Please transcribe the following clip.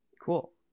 Cool